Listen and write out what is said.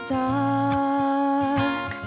dark